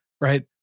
Right